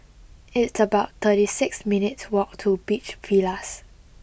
It's about thirty six minutes' walk to Beach Villas